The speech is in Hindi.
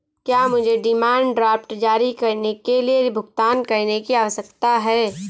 क्या मुझे डिमांड ड्राफ्ट जारी करने के लिए भुगतान करने की आवश्यकता है?